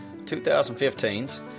2015's